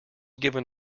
given